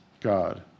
God